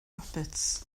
roberts